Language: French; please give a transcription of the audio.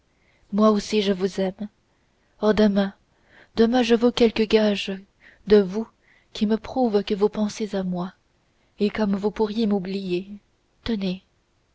moi aussi je vous aime oh demain demain je veux quelque gage de vous qui me prouve que vous pensez à moi et comme vous pourriez m'oublier tenez